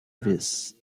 vez